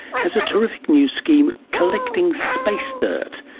has a terrific new scheme collecting space dirt,